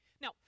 Now